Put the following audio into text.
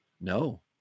No